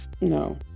No